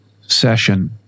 session